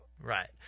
Right